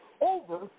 over